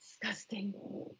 disgusting